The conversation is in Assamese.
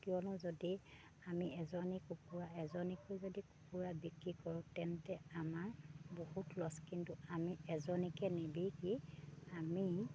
কিয়নো যদি আমি এজনী কুকুৰা এজনীকৈ যদি কুকুৰা বিক্ৰী কৰোঁ তেন্তে আমাৰ বহুত লছ কিন্তু আমি এজনীকৈ নিবিকি আমি